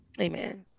Amen